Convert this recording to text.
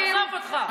שאלתי אותך שאלה.